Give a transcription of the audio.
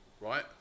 Right